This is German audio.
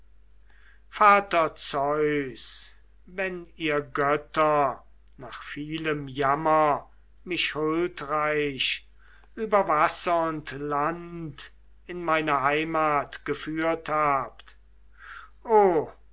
vater zeus wenn ihr götter nach vielem jammer mich huldreich über wasser und land in meine heimat geführt habt oh